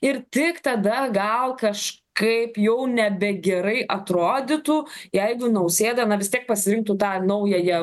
ir tik tada gal kažkaip jau nebe gerai atrodytų jeigu nausėda na vis tiek pasirinktų tą naująją